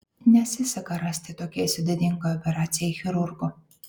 nesiseka rasti tokiai sudėtingai operacijai chirurgo